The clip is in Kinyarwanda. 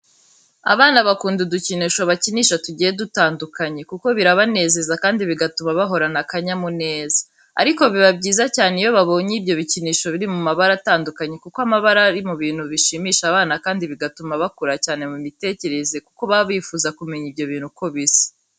Abana bakunda udukinisho bakinisha tugiye dutandukanye, kuko birabanezeza kandi bigatuma bahorana akanyamuneza. Ariko biba byiza cyane iyo babonye ibyo bikinisho biri mu mabara atandukanye kuko amabara aba ari mu bintu bishimisha abana kandi bigatuma bakura cyane mu mitekerereze kuko baba bjfuza kumenya ibyo bintu uko bisa.